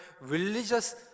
religious